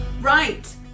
Right